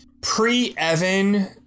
pre-Evan